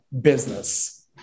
business